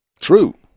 True